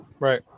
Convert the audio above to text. Right